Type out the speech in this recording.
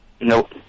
Nope